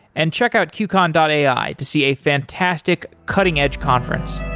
and check out qcon and ai to see a fantastic cutting-edge conference